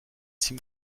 sim